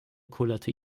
kullerte